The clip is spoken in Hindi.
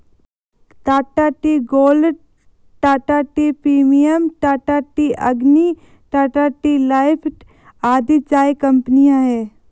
Tata tea gold, Tata tea premium, Tata tea Agni, Tata tea life आदि चाय कंपनियां है